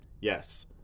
yes